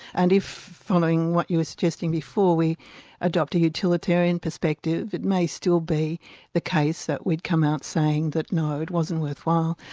and if following what you were suggesting before, we adopted a utilitarian perspective, it may still be the case that we'd come out saying that no, it wasn't worthwhile.